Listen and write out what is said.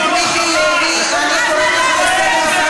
לסגור את לוד.